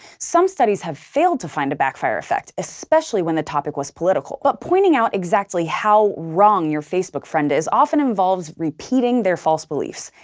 some studies have failed to find a backfire effect, especially when the topic was political. but pointing out exactly how wrong your facebook friend is often involves repeating their false beliefs.